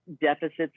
deficits